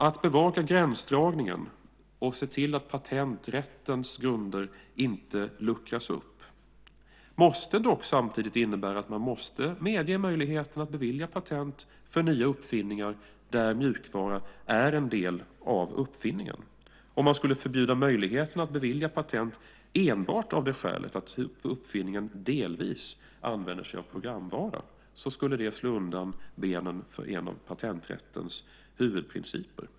Att bevaka gränsdragningen och se till att patenträttens grunder inte luckras upp måste dock samtidigt innebära att man måste medge möjligheten att bevilja patent för nya uppfinningar där mjukvaran är en del av uppfinningen. Om man skulle förbjuda möjligheten att bevilja patent enbart av skälet att uppfinningen delvis använder sig av programvaran, skulle det slå undan benen för en av patenträttens huvudprinciper.